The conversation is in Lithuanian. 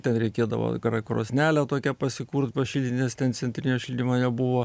ten reikėdavo krosnelę tokią pasikurt pašildyt nes ten centrinio šildymo nebuvo